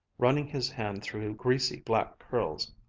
running his hand through greasy black curls.